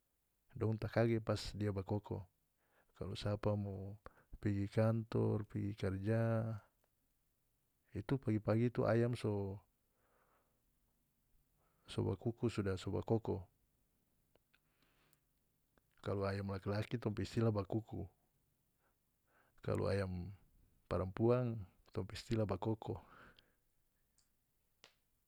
Dong takage pas dia ba koko kalu sapa mo pigi kantor pigi karja itu pagi-pagi itu ayam so so bakuku suda so ba koko kalu ayam laki-laki tong pe istilah ba kuku kalu ayam parampuang tong pe istilah ba koko.